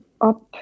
up